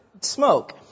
smoke